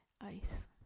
ice